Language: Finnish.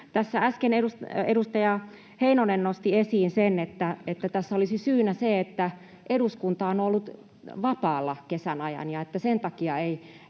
Tässä äsken edustaja Heinonen nosti esiin sen, että tässä olisi syynä se, että eduskunta on ollut vapaalla kesän ajan, ja tämä on